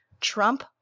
Trump